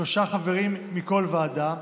שלושה חברים מכל ועדה,